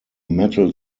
metal